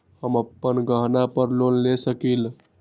हम अपन गहना पर लोन ले सकील?